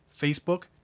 facebook